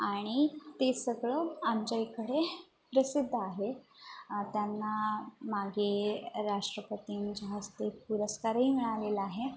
आणि ते सगळं आमच्याइकडे प्रसिद्ध आहे त्यांना मागे राष्ट्रपतींच्या हस्ते पुरस्कारही मिळालेला आहे